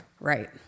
Right